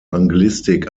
anglistik